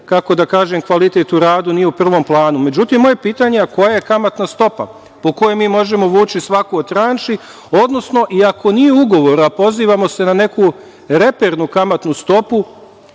kako da kažem, kvalitet u radu nije u prvom planu. Međutim, moje pitanje je - a koja je kamatna stopa po kojoj mi možemo vući svaku od tranši? Odnosno, ako nije u ugovoru, a pozivamo se na neku repernu kamatnu stopu,